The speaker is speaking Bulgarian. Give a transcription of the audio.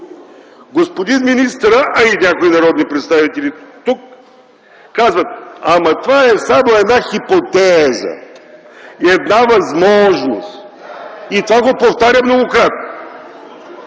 Господин министърът, а и някои народни представители тук казват: „Ама това е само една хипотеза, една възможност.” И това го повтарят многократно.